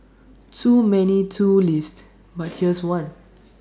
too many too list but here's one